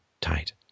tight